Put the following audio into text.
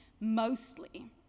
mostly